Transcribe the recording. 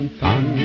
fun